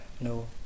no